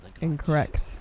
incorrect